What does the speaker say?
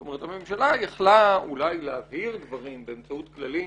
זאת אומרת הממשלה יכלה אולי להעביר דברים באמצעות כללים